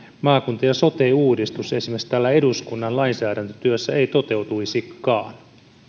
maakunta ja sote uudistus esimerkiksi täällä eduskunnan lainsäädäntötyössä ei toteutuisikaan